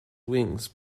wings